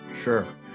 sure